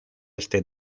este